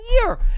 year